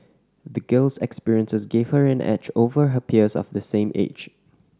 the girl's experiences gave her an edge over her peers of the same age